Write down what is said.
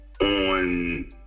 on